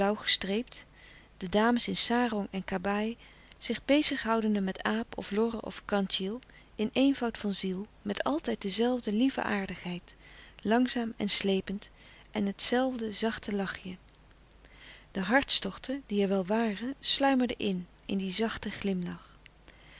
blauw gestreept de dames in sarong en kabaai zich bezig houdende met aap of lorre of kantjil in eenvoud van ziel met altijd de zelfde lieve aardigheid langzaam en slepend en het zelfde zachte lachje de hartstochten die er wel waren sluimerden in in dien zachten glimlach